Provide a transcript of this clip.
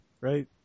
right